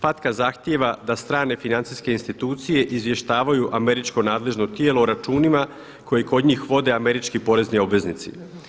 FACTA zahtjeva da strane financijske institucije izvještavaju američko nadležno tijelo o računima koje kod njih vode američki porezni obveznici.